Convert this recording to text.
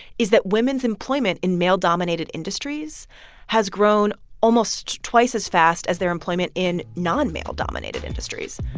is that women's employment in male-dominated industries has grown almost twice as fast as their employment in non-male-dominated industries.